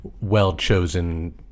well-chosen